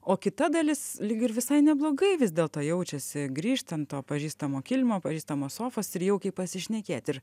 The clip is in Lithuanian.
o kita dalis lyg ir visai neblogai vis dėlto jaučiasi grįžtant to pažįstamo kilimo pažįstamos sofos ir jaukiai pasišnekėti